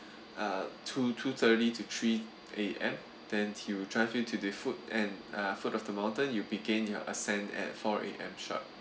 uh two two thirty to three A_M then he will drive you to the foot and uh foot of the mountain you begin your ascent at four A_M sharp